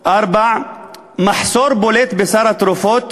4. יש מחסור בולט בסל תרופות,